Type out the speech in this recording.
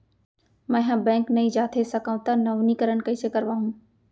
मैं ह बैंक नई जाथे सकंव त नवीनीकरण कइसे करवाहू?